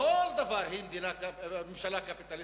בכל דבר היא ממשלה קפיטליסטית,